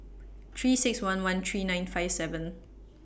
three six one one three nine five seven